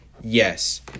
yes